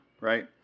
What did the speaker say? right